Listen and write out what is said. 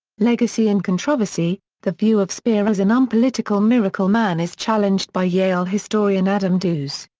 legacy and controversy the view of speer as an unpolitical miracle man is challenged by yale historian adam tooze.